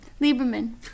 Lieberman